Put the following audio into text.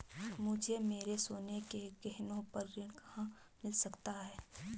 मुझे अपने सोने के गहनों पर ऋण कहाँ मिल सकता है?